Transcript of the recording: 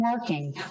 working